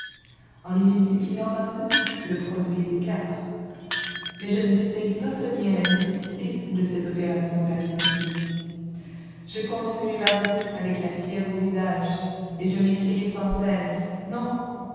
en les multipliant par deux le produit était quatre mais je ne distinguai pas très bien la nécessité de cette opération d'arithmétique je continuai ma route avec la fièvre au visage et je m'écriai sans cesse non